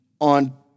on